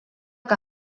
que